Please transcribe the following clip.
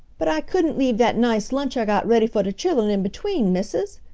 but i couldn't leab dat nice lunch i got ready fo' de chillen in between, missus,